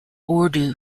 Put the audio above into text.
urdu